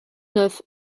neuf